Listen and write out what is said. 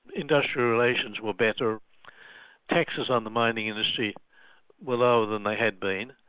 industrial relations were better taxes on the mining industry were lower than they had been.